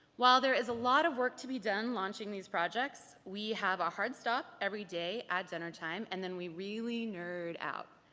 while there is a lot of work to be done launching these projects, we have a hard stop every day at dinnertime and we really nerd out.